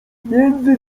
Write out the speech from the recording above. między